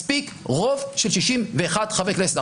מספיק רוב של 61 חברי כנסת.